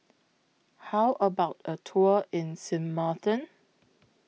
How about A Tour in Sint Maarten